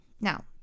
now